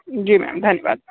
जी ma'am धन्यवाद